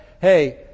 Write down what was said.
hey